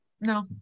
no